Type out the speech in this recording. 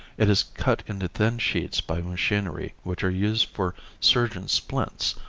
it is cut into thin sheets by machinery which are used for surgeon's splints,